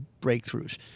breakthroughs